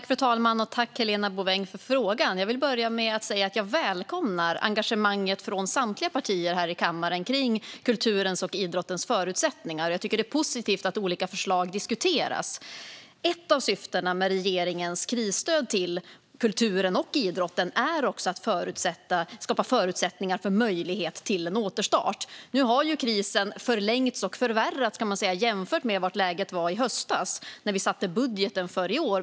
Fru talman! Tack, Helena Bouveng, för frågan! Jag vill börja med att säga att jag välkomnar engagemanget från samtliga partier här i kammaren i kulturens och idrottens förutsättningar, och jag tycker att det är positivt att olika förslag diskuteras. Ett av syftena med regeringens krisstöd till kulturen och idrotten är att skapa förutsättningar för en återstart. Nu har ju krisen förlängts och förvärrats i förhållande till hur läget var i höstas, då vi satte budgeten för i år.